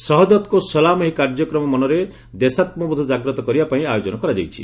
ସହଦତ୍ କୋ ସଲାମ୍ ଏହି କାର୍ଯ୍ୟକ୍ରମ ମନରେ ଦେଶାତ୍ମବୋଧ ଜାଗ୍ରତ କରିବା ପାଇଁ ଆୟୋଜନ କରାଯାଇଛି